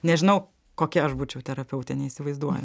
nežinau kokia aš būčiau terapeutė neįsivaizduoju